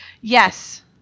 Yes